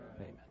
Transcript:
Amen